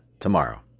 tomorrow